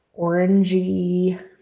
orangey